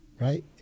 right